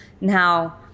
Now